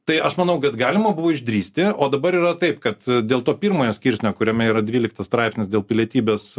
tai aš manau kad galima buvo išdrįsti o dabar yra taip kad dėl to pirmojo skirsnio kuriame yra dvyliktas straipsnis dėl pilietybės